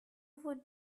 would